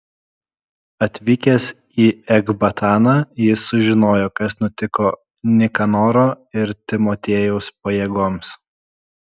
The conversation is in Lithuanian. atvykęs į ekbataną jis sužinojo kas nutiko nikanoro ir timotiejaus pajėgoms